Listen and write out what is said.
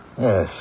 Yes